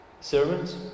sermons